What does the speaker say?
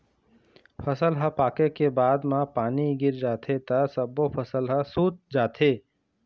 फसल ह पाके के बाद म पानी गिर जाथे त सब्बो फसल ह सूत जाथे